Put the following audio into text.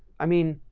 i mean,